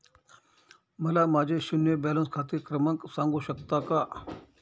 मला माझे शून्य बॅलन्स खाते क्रमांक सांगू शकता का?